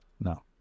No